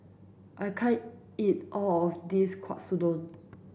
I can't eat all of this Katsudon